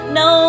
no